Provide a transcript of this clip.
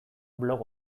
blog